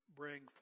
bring